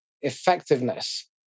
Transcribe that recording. effectiveness